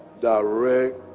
direct